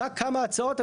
רק כמה הצעות.